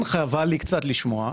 כן חבל לי קצת לשמוע,